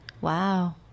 Wow